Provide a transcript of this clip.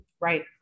Right